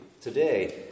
today